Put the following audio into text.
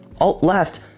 Alt-Left